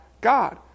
God